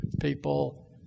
people